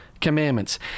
commandments